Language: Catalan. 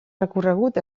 recorregut